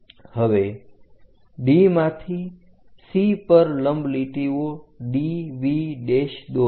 હવે D માંથી C પર લંબ લીટીઓ DV દોરો